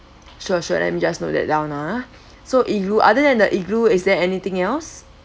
sure sure and let me just note that down ah so igloo other than the igloo is there anything else